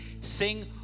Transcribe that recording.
sing